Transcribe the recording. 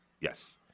Yes